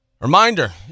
Reminder